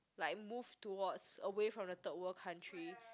like move towards away from the third world country